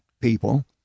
people